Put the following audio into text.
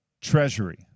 treasury